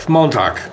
Montag